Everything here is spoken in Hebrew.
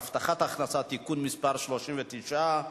אחמד טיבי ועפו אגבאריה.